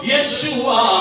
Yeshua